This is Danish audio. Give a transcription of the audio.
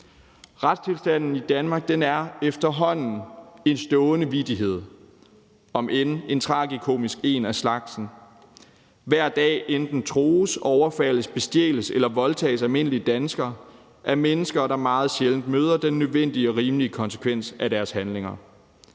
Retstilstanden i Danmark er efterhånden en stående vittighed, om end en tragikomisk en af slagsen. Hver dag enten trues, overfaldes, bestjæles eller voldtages almindelige danskere af mennesker, der meget sjældent møder den nødvendige og rimelige konsekvens af deres handlinger,